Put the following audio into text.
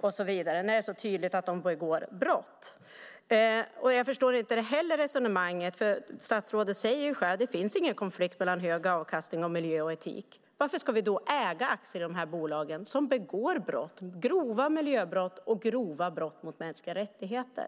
och så vidare när det är så tydligt att de begår brott. Jag förstår inte heller, för statsrådet säger ju själv att det inte finns någon konflikt mellan hög avkastning och miljö och etik, varför vi ska äga aktier i de här bolagen som begår brott, grova miljöbrott och grova brott mot mänskliga rättigheter?